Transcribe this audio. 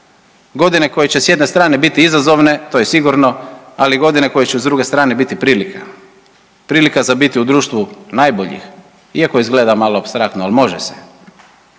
godine koje će s jedne strane biti izazovne to je sigurno, ali godine koje će s druge strane biti prilika, prilika za biti u društvu najboljih, iako izgleda malo apstraktno, ali može se.